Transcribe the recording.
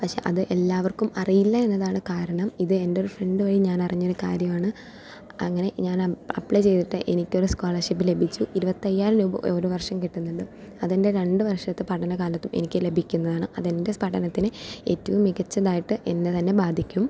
പക്ഷെ അത് എല്ലാവർക്കും അറിയില്ല എന്നതാണ് കാരണം ഇത് എന്റൊരു ഫ്രണ്ട് വഴി ഞാനറിഞ്ഞ ഒരു കാര്യമാണ് അങ്ങനെ ഞാൻ അപ്ലൈ ചെയ്തിട്ട് എനിക്കൊരു സ്കോളർഷിപ്പ് ലഭിച്ചു ഇരുപത്തയ്യായിരം രൂപ ഒരു വർഷം കിട്ടുന്നുണ്ട് അതെൻ്റെ രണ്ട് വർഷത്തെ പഠനകാലത്തും എനിക്കും ലഭിക്കുന്നതാണ് അതെൻ്റെ പഠനത്തിന് ഏറ്റവും മികച്ചതായിട്ട് എന്നെ തന്നെ ബാധിക്കും